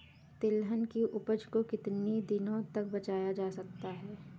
तिलहन की उपज को कितनी दिनों तक बचाया जा सकता है?